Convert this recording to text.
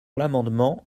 l’amendement